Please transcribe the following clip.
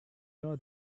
know